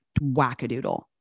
wackadoodle